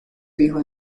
fijó